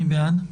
מי בעד?